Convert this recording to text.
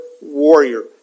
warrior